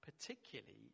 particularly